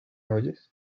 oyes